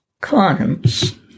clients